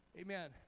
Amen